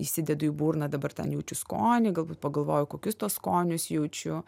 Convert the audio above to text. įsidedu į burną dabar ten jaučiu skonį galbūt pagalvoju kokius tuos skonius jaučiu